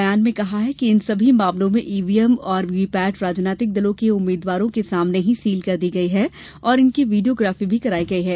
बयान में कहा गया है कि इन सभी मामलों में ईवीएम और वीवीपैट राजनीतिक दलों के उम्मीदवरों के सामने ही सील कर दी गई है और इनकी वीडियोग्राफी भी की गई है